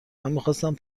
میخواستم